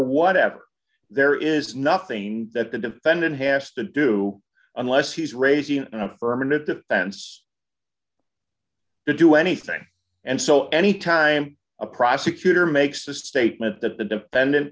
whatever there is nothing that the defendant has to do unless he's raising an affirmative defense to do anything and so any time a prosecutor makes a statement that the defendant